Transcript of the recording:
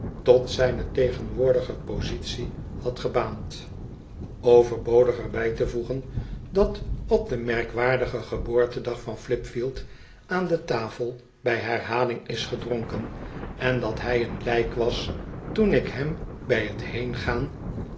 tot zijne tegenwoordige positie had gebaand overbodig er bij te voegen dat op den merkwaardigen geboortedag van flipfield aan tafel bij herhaling is gedronken en dat hij een lijk was toen ik hem bij t